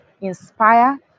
inspire